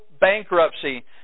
bankruptcy